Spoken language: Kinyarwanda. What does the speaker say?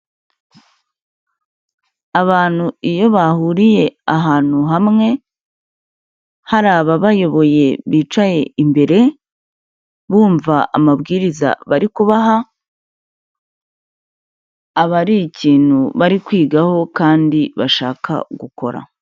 Abantu iyo bahuriye ahantu hamwe, hari ababayoboye bicaye imbere bumva amabwiriza bari kubaha, aba ari ikintu bari kwigaho kandi bashaka gukora.